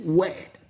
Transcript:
word